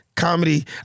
Comedy